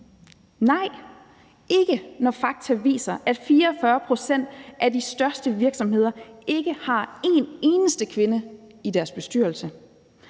vi ikke, når fakta viser, at 44 pct. af de største virksomheder ikke har en eneste kvinde i deres bestyrelse;